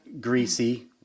Greasy